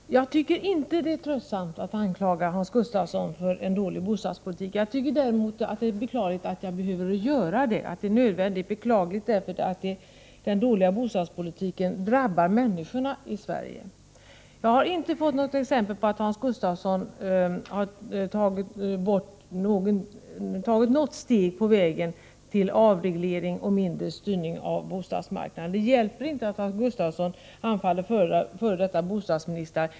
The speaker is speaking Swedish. Herr talman! Jag tycker inte att det är tröttsamt att anklaga Hans Gustafsson för en dålig bostadspolitik. Jag tycker däremot att det är beklagligt att jag behöver göra det, eftersom den dåliga bostadspolitiken drabbar människorna i Sverige. Jag har inte fått något exempel på att Hans Gustafsson har tagit något steg på vägen mot avreglering och mindre styrning av bostadsmarknaden. Det hjälper inte att Hans Gustafsson angriper tidigare bostadsministrar.